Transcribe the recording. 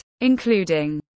including